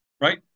right